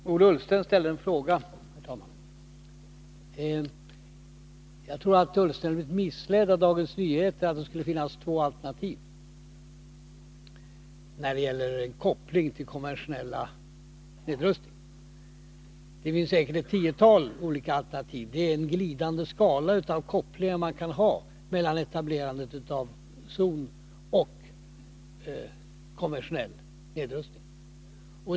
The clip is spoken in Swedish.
Herr talman! Ola Ullsten ställde en fråga. Jag tror att Ola Ullsten har blivit missledd av Dagens Nyheters uppgift att det skulle finnas två alternativ när det gäller en koppling till konventionell nedrustning. Det finns säkert ett tiotal olika alternativ. Det är en glidande skala av kopplingar man kan ha mellan etablerandet av zon och konventionell nedrustning.